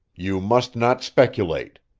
you must not speculate.